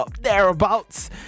thereabouts